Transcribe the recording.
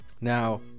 Now